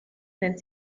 nennt